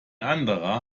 anderer